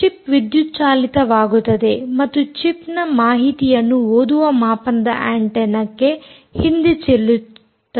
chip ವಿದ್ಯುತ್ ಚಾಲಿತವಾಗುತ್ತದೆ ಮತ್ತು ಚಿಪ್ ಮಾಹಿತಿಯನ್ನು ಓದುವ ಮಾಪನದ ಆಂಟೆನ್ನಕ್ಕೆ ಹಿಂದೆ ಚೆಲ್ಲುತ್ತದೆ